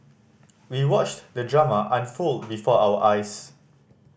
we watched the drama unfold before our eyes